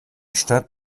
stadt